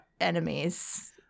enemies